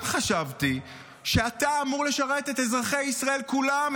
גם חשבתי שאתה אמור לשרת את אזרחי ישראל כולם,